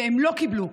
והם לא קיבלו,